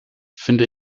finde